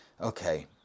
Okay